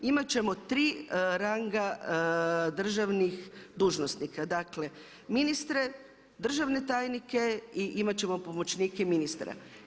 Imat ćemo 3 ranga državnih dužnosnika, dakle ministre, državne tajnike i imat ćemo pomoćnike ministra.